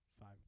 Five